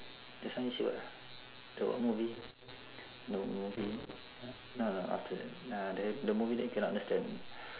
just now you say what ah the what movie no movie no no after that ah the the movie that you cannot understand